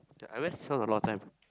yeah I always chiong a lot of time